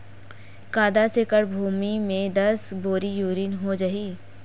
का दस एकड़ भुमि में दस बोरी यूरिया हो जाही?